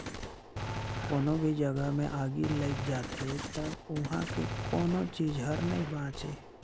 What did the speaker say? कोनो भी जघा मे आगि लइग जाथे त उहां के कोनो चीच हर नइ बांचे